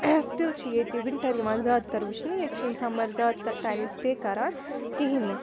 still چھِ ییٚتہِ winter یِوان زیادٕ تَر وٕچھنہٕ ییٚتہِ چھُنہٕ سَمَر زیادٕ تَر ٹایمہٕ سِٹے کَران کِہیٖنۍ نہٕ